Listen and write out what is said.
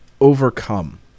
overcome